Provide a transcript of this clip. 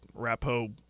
Rapo